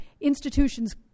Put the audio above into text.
institutions